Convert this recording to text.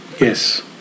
yes